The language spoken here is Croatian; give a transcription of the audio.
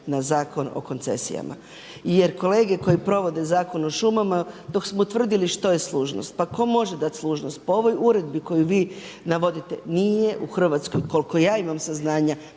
na Zakon o koncesijama jer kolege koje provode Zakon o šumama dok smo utvrdili što je služnost pa tko može dati služnost. Po ovoj uredbi koju vi navodite, nije u Hrvatskoj koliko ja imam saznanja